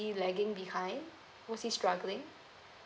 was he lagging behind was he struggling